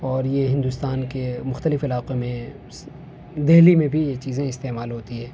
اور یہ ہندوستان کے مختلف علاقوں میں دہلی میں بھی یہ چیزیں استعمال ہوتی ہے